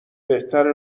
بهتره